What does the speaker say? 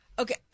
Okay